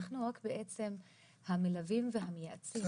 אנחנו רק המלווים והמייעצים.